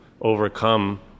overcome